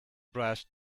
brass